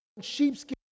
sheepskin